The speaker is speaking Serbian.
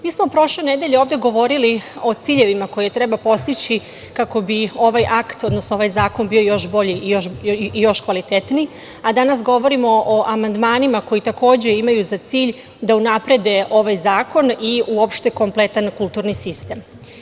Mi smo prošle nedelje ovde govorili o ciljevima koje treba postići kako bi ovaj akt, odnosno ovaj zakon bio još bolji i još kvalitetniji, a danas govorimo o amandmanima koji takođe imaju za cilj da unaprede ovaj zakon i uopšte kompletan kulturni sistem.